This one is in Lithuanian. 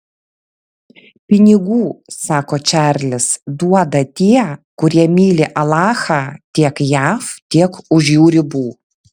pinigų sako čarlis duoda tie kurie myli alachą tiek jav tiek už jų ribų